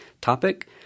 topic